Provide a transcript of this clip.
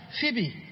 Phoebe